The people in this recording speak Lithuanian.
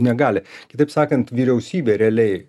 negali kitaip sakant vyriausybė realiai